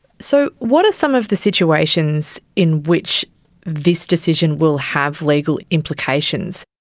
so what are some of the situations in which this decision will have legal implications?